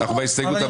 פינדרוס,